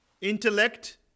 intellect